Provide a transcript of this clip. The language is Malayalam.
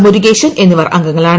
മുരുകേശൻ എന്നിവർ അംഗങ്ങളാണ്